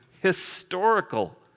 historical